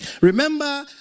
remember